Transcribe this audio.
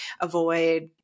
avoid